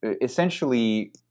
essentially